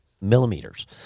millimeters